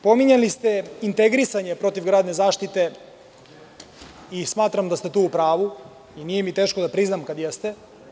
Pominjali ste integrisanje protivgradne zaštite i smatram da ste tu u pravu i nije mi teško da priznam kad jeste.